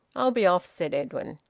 i'll be off, said edwin.